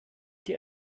dir